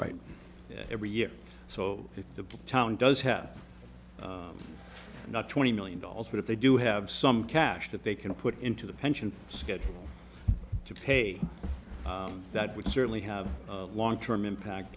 right every year so that the town does have not twenty million dollars but if they do have some cash that they can put into the pension scheme to pay that would certainly have a long term impact